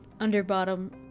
Underbottom